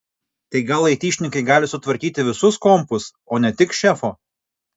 tai gal aitišnikai gali sutvarkyti visus kompus o ne tik šefo